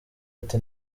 ati